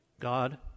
God